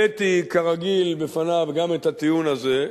הבאתי, כרגיל, בפניו גם את הטיעון הזה.